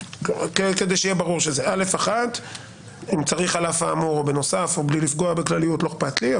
אם צריך "על אף האמור" או "בנוסף" או "בלי לפגוע בכלליות" לא אכפת לי.